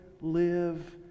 live